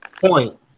point